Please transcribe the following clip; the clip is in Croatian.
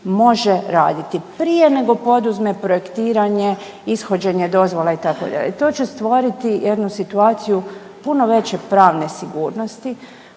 može raditi prije nego poduzme projektiranje, ishođenje dozvola itd. i to će stvoriti jednu situaciju puno veće pravne sigurnosti,